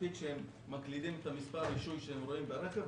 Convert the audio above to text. מספיק שהם מקלידים את מספר הרישוי שהם רואים ברכב,